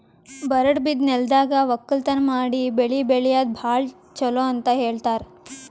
ಬರಡ್ ಬಿದ್ದ ನೆಲ್ದಾಗ ವಕ್ಕಲತನ್ ಮಾಡಿ ಬೆಳಿ ಬೆಳ್ಯಾದು ಭಾಳ್ ಚೊಲೋ ಅಂತ ಹೇಳ್ತಾರ್